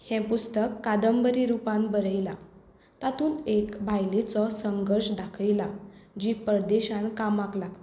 हें पुस्तक कादंबरी रूपान बरयलां तातूंत एक बायलेचो संघर्श दाखयला जी परदेशांत कामाक लागता